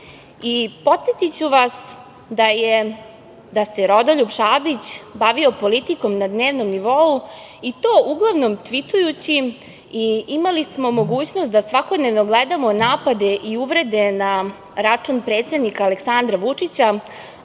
fioci. Podsetiću vas da se Rodoljub Šabić bavio politikom na dnevnom nivou i to uglavnom tvitujući. Imali smo mogućnost da svakodnevno gledamo napade i uvrede na račun predsednika Aleksandra Vučića,